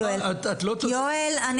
יואל.